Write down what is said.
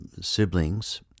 siblings